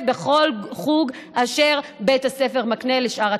בכל חוג אשר בית הספר מקנה לשאר התלמידים.